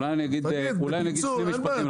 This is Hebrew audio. אולי אני אגיד שני משפטים.